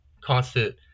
constant